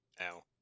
Ow